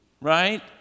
Right